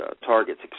targets